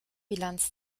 bilanz